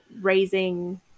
raising